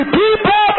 people